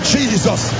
Jesus